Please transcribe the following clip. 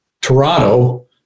Toronto